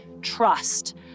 trust